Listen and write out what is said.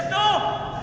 oh